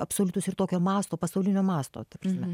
absoliutus ir tokio masto pasaulinio masto ta prasme